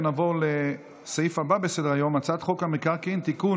נעבור לסעיף הבא בסדר-היום: הצעת חוק המקרקעין (תיקון,